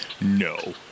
No